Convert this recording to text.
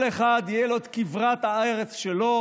שלכל אחד תהיה כברת הארץ שלו,